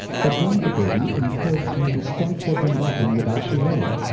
but jahanava-devi encouraged him to start for vrindavan without delay,